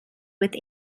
with